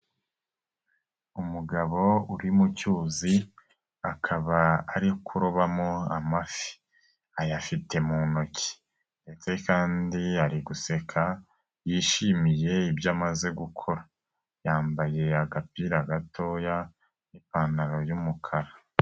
Umugabo uri mu cyuzi akaba ari kurobamo amafi, ayafite mu ntoki ndetse kandi ari guseka yishimiye ibyo amaze gukora, yambaye agapira gatoya n'ipantaro y'umukara.